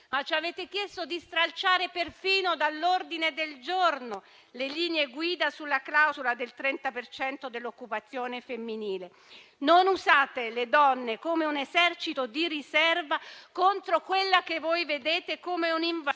ma ci avete perfino chiesto di stralciare da un ordine del giorno le linee guida sulla clausola del 30 per cento dell'occupazione femminile. Non usate le donne come un esercito di riserva contro quella che voi vedete come un'invasione.